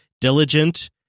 diligent